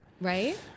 Right